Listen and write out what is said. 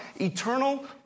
eternal